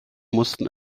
mussten